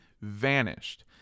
vanished